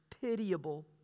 pitiable